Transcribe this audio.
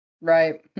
right